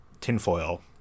tinfoil